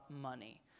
money